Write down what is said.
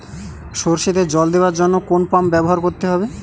সরষেতে জল দেওয়ার জন্য কোন পাম্প ব্যবহার করতে হবে?